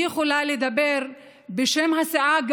אני יכולה לדבר גם בשם הסיעה.